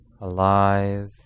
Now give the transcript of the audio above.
alive